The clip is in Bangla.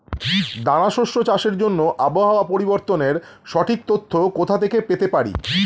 দানা শস্য চাষের জন্য আবহাওয়া পরিবর্তনের সঠিক তথ্য কোথা থেকে পেতে পারি?